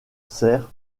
sert